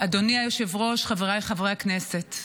אדוני היושב-ראש, חבריי חברי הכנסת,